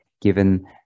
given